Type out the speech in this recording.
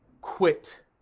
quit